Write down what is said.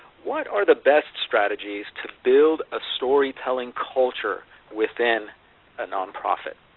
what are the best strategies to build a storytelling culture within a nonprofit?